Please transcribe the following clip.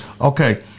Okay